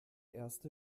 erste